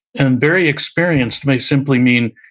and very experienced may simply mean,